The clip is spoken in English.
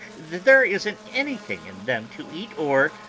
there isn't anything in them to eat or